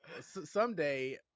someday